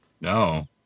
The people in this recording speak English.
No